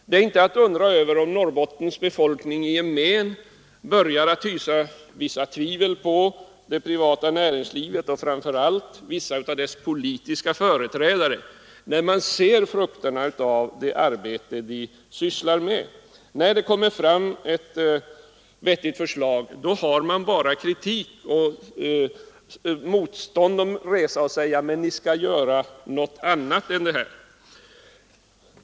Det är inte att undra över att Norrbottens invånare i gemen börjar hysa vissa tvivel på det privata näringslivet och framför allt på en del av dess politiska företrädare, när de ser frukterna av det arbete som vederbörande sysslar med. Då det framläggs ett vettigt förslag har man bara kritik att komma med. Man reser motstånd och säger: Nej, ni skall göra något annat än detta.